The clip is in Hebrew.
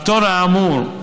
הפטור האמור,